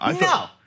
No